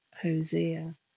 Hosea